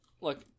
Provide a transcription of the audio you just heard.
Look